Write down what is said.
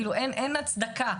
אין הצדקה.